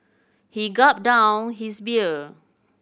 he gulped down his beer